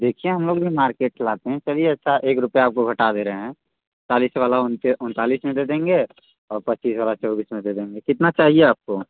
देखिए हम लोग भी मार्केट चलाते हैं चलिए अच्छा एक रुपया आपको घटा दे रहे हैं चालीस वाला उनतालिस में दे देंगे और पच्चीस वाला चौबीस में दे देंगे कितना चाहिए आपको